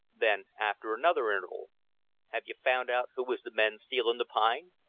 then after another interval have you found out who was the men stealin' the pine?